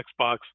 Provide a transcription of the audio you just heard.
Xbox